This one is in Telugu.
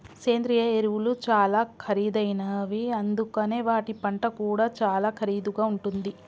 సేంద్రియ ఎరువులు చాలా ఖరీదైనవి అందుకనే వాటి పంట కూడా చాలా ఖరీదుగా ఉంటుంది